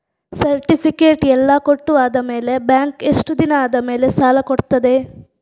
Certificate ಎಲ್ಲಾ ಕೊಟ್ಟು ಆದಮೇಲೆ ಬ್ಯಾಂಕ್ ಎಷ್ಟು ದಿನ ಆದಮೇಲೆ ಸಾಲ ಕೊಡ್ತದೆ?